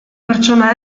pertsona